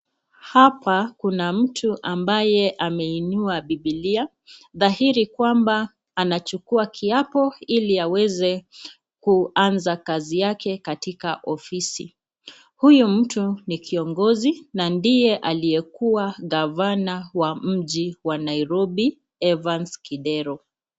Hapa kuna mtu ambaye amainua bibilia dahiri kwamba anajukua kiyabo hili aweze kuanza kazi yake katika ofisi, huyu mtu ni kiongizi na ndiye aliyekuwa kavana wa mjini Nairobi Evans kidero.